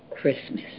Christmas